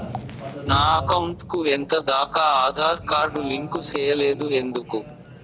నా అకౌంట్ కు ఎంత దాకా ఆధార్ కార్డు లింకు సేయలేదు ఎందుకు